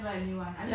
ya lah